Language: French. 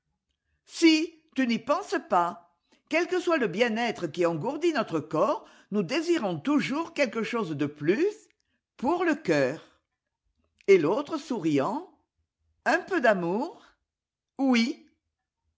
si tu n'y penses pas quel que soit le bien-être qui engourdit notre corps nous désirons toujours quelque chose de plus pour le cœur et l'autre souriant un peu d'amour oui